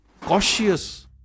cautious